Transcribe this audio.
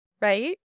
Right